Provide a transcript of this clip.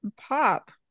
pop